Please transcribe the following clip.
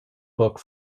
book